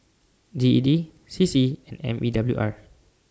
G E D C C and M E W R